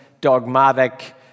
dogmatic